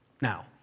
Now